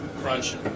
crunch